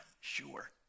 sure